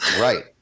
Right